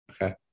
Okay